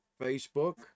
facebook